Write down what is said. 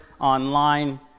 online